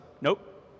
nope